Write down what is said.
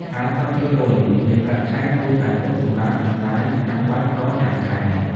៥០% នៃប្រាក់ខែ គួរតែទុកសម្រាប់ចំណាយចាំបាច់ប្រចាំខែ។